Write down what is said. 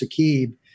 Saqib